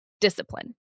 discipline